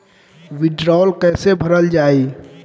वीडरौल कैसे भरल जाइ?